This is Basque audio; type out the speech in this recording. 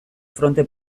fronte